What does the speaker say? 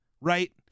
right